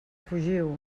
fugiu